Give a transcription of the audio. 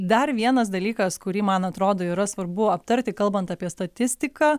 dar vienas dalykas kurį man atrodo yra svarbu aptarti kalbant apie statistiką